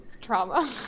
trauma